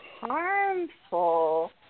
harmful